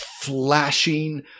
flashing